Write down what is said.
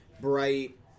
bright